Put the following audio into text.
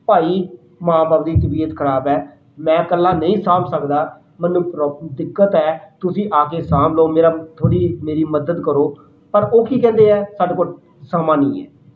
ਭਾਈ ਮਾਂ ਬਾਪ ਦੀ ਤਬੀਅਤ ਖਰਾਬ ਹੈ ਮੈਂ ਇਕੱਲਾ ਨਹੀਂ ਸਾਂਭ ਸਕਦਾ ਮੈਨੂੰ ਪ੍ਰੋ ਦਿੱਕਤ ਹੈ ਤੁਸੀਂ ਆ ਕੇ ਸਾਂਭ ਲਉ ਮੇਰਾ ਥੋੜ੍ਹੀ ਮੇਰੀ ਮਦਦ ਕਰੋ ਪਰ ਉਹ ਕੀ ਕਹਿੰਦੇ ਹੈ ਕਿ ਸਾਡੇ ਕੋਲ ਸਮਾਂ ਨਹੀਂ ਹੈ